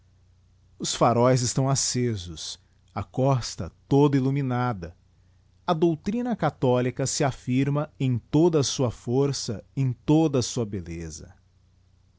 os pharóes estão accesos a costa toda illumi nada a doutrina catbolica se afisrma em toda a sua força em toda a sua belleza